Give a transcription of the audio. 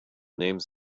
names